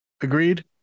Agreed